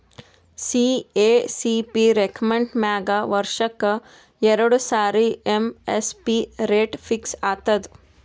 CACP recommend ಮ್ಯಾಗ್ ವರ್ಷಕ್ಕ್ ಎರಡು ಸಾರಿ ಎಮ್.ಎಸ್.ಪಿ ರೇಟ್ ಫಿಕ್ಸ್ ಆತದ್